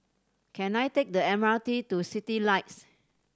can I take the M R T to Citylights